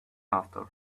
after